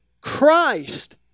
Christ